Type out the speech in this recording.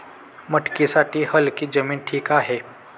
मटकीसाठी हलकी जमीन ठीक आहे